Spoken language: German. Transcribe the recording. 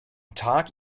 tag